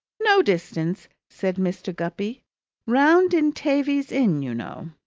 no distance, said mr. guppy round in thavies inn, you know.